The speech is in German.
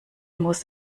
muss